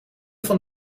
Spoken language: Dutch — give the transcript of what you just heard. van